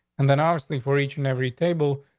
and then, obviously, for each and every table,